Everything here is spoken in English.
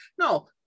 No